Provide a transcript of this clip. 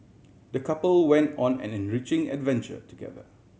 the couple went on an enriching adventure together